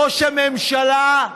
ראש הממשלה,